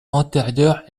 antérieure